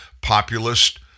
populist